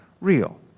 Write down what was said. real